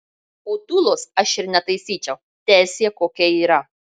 o tūlos aš ir netaisyčiau teesie kokia yra